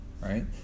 right